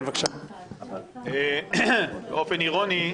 באופן אירוני,